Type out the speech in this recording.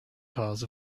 cause